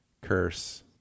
Curse